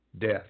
death